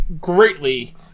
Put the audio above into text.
Greatly